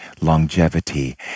longevity